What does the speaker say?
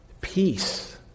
Peace